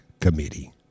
committee